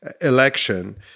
election